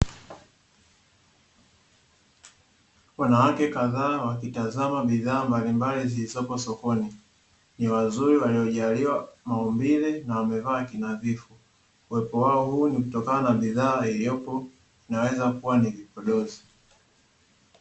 Wanawake kadhaa wakitazama bidhaa mbalimbali zilizopo sokoni, ni wazuri waliojaliwa maumbile na wamevaa kinadhifu, uwepo wao huo kutokana na bidhaa iliyopo inaweza kuwa ni vipodozi.